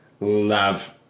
love